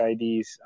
IDs